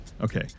Okay